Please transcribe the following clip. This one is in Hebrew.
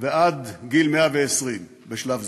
ועד גיל 120, בשלב זה.